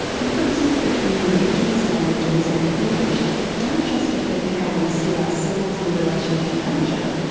differences between indigenous languages and english don't just affect how we see ourselves in relation to nature,